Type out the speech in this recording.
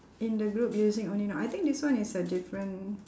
in the group using only noun I think this one is a different